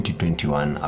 2021